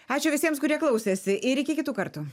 ačiū visiems kurie klausėsi ir iki kitų kartų